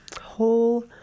whole